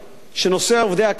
שבפברואר, נושא עובדי הקבלן